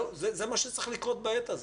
זהו, זה מה שצריך לקרות בעת הזאת.